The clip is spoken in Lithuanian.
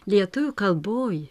lietuvių kalboj